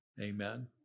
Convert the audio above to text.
Amen